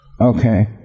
Okay